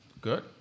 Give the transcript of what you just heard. Good